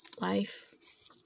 Life